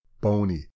bony